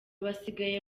basigaye